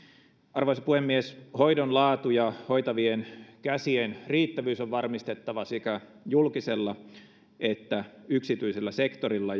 arvoisa puhemies hoidon laatu ja hoitavien käsien riittävyys on varmistettava sekä julkisella että yksityisellä sektorilla